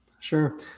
Sure